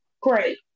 great